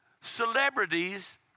Celebrities